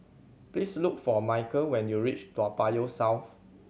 please look for Micheal when you reach Toa Payoh South